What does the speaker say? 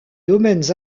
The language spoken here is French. domaines